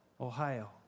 Ohio